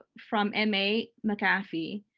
from m. a. mcafee.